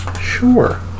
Sure